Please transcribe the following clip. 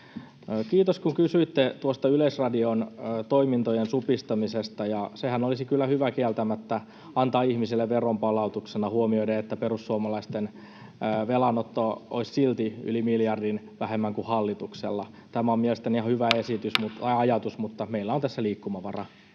Kiitos, kun kysyitte tuosta Yleisradion toimintojen supistamisesta. Sehän olisi kyllä hyvä kieltämättä antaa ihmisille veronpalautuksena, huomioiden, että perussuomalaisten velanotto olisi silti yli miljardin vähemmän kuin hallituksella. Tämä on mielestäni ihan hyvä ajatus, mutta meillä on tässä liikkumavaraa.